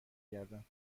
گردم